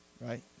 right